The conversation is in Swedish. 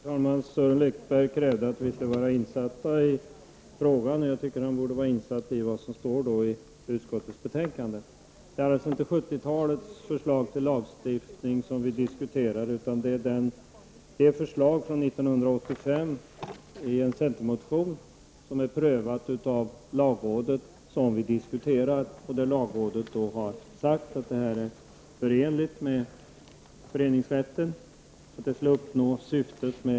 Herr talman! Sören Lekberg krävde att vi skall vara insatta i frågan. Jag tycker att han borde vara insatt i vad som står i utskottets betänkande. Det är inte de förslag till lagstiftning som kom under 70 talet som vi diskuterar utan det förslag som presenterades år 1985 i en centermotion och som prövats av lagrådet. Lagrådet har sagt att detta förslag är förenligt med föreningsrätten, och därmed uppnår lagen sitt syfte.